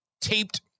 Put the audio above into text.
taped